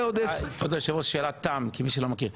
אדוני היושב-ראש, שאלת תם כמי שלא מכיר.